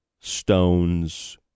stones